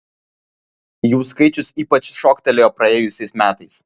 jų skaičius ypač šoktelėjo praėjusiais metais